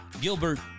Gilbert